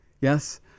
Yes